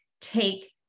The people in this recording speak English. take